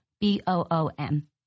B-O-O-M